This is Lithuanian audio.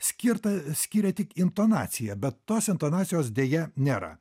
skirta skiria tik intonacija bet tos intonacijos deja nėra